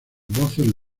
voces